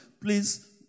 please